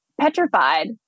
petrified